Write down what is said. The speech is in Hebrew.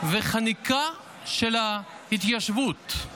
וחניקה של ההתיישבות, גם